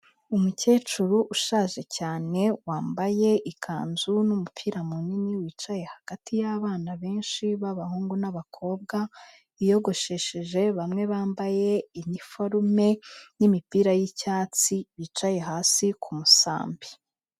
Umukecuru ushaje cyane wambaye ikanzu n'umupira munini wicaye hagati y'abana benshi b'abahungu n'abakobwa, biyogoshesheje bamwe bambaye iniforume n'imipira y'icyatsi bicaye hasi ku musambi.